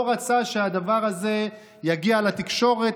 לא רצה שהדבר הזה יגיע לתקשורת.